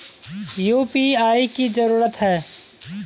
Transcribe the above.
UPI की जरूरी है?